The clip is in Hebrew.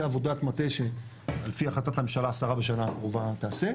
עבודת מטה שעל פי החלטת הממשלה השרה בשנה הקרובה תעשה,